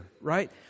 right